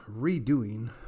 redoing